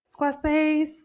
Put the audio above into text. Squarespace